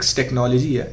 technology